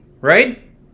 right